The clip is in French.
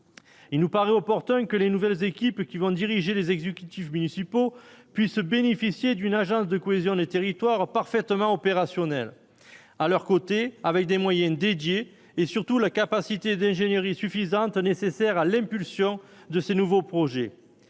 Il nous paraît opportun que les nouvelles équipes qui vont diriger les exécutifs municipaux puissent bénéficier d'une agence de cohésion des territoires parfaitement opérationnel à leurs côtés, avec des moyens dédiés et surtout la capacité d'ingénierie suffisante nécessaire à l'impulsion de ce nouveau projet,